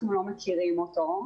אנחנו לא מכירים אותו.